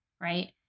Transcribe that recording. right